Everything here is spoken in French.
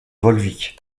volvic